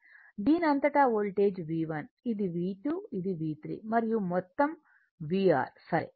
దీని అంతటా voltage V1 ఇది V2 ఇది V3 మరియు మొత్తం VR సరే